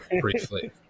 Briefly